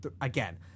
again